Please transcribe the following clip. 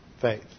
faith